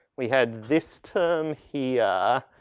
we had this term here,